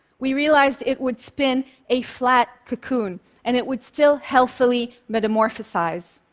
we realized it would spin a flat cocoon and it would still healthily metamorphisize.